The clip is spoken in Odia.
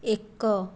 ଏକ